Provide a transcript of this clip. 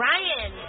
Ryan